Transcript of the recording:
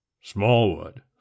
Smallwood